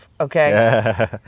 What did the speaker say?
okay